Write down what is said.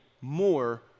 more